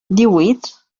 díhuit